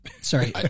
Sorry